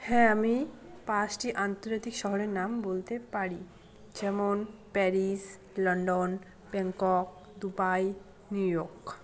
হ্যাঁ আমি পাঁচটি আন্তর্জাতিক শহরের নাম বলতে পারি যেমন Paris London Bangkok Dubai New York